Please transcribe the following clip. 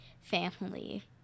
family